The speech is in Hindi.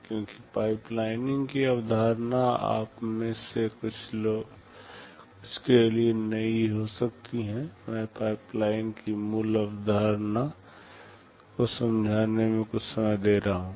क्योंकि पाइपलाइनिंग की अवधारणा आप में से कुछ के लिए नई हो सकती है मैं पाइपलाइन की मूल अवधारणा को समझाने में कुछ समय दे रहा हूँ